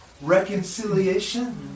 Reconciliation